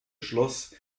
schloss